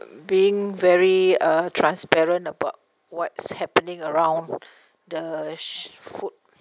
being very uh transparent about what's happening around the food